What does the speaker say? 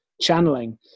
channeling